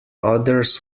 others